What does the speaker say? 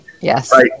Yes